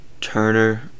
Turner